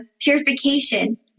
purification